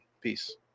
Peace